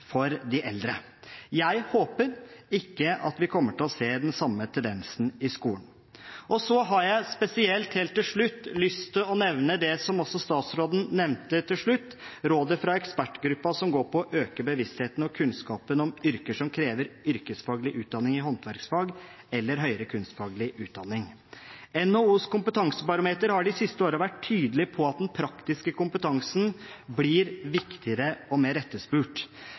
for de eldre. Jeg håper ikke at vi kommer til å se den samme tendensen når det gjelder skolen. Så har jeg spesielt lyst til helt til slutt å nevne det som også statsråden nevnte til slutt – rådet fra ekspertgruppen som går på å øke bevisstheten og kunnskapen om yrker som krever yrkesfaglig utdanning i håndverksfag eller høyere kunstfaglig utdanning. NHOs kompetansebarometer har de siste årene vært tydelig på at den praktiske kompetansen blir viktigere og mer etterspurt.